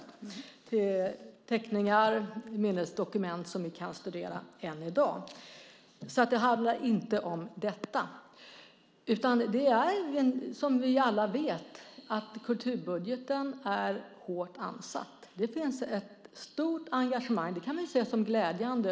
Det är teckningar och minnesdokument som vi kan studera än i dag. Det har alltså ingen negativ innebörd. Som vi alla vet är kulturbudgeten hårt ansatt. Det finns ett stort engagemang, och det kan vi se som glädjande.